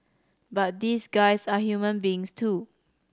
but these guys are human beings too